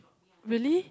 really